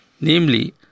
namely